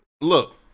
Look